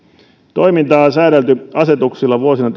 toimintaa on on säädelty asetuksilla vuosina